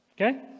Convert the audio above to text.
okay